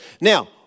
Now